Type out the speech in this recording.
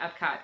Epcot